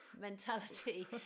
mentality